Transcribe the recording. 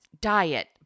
diet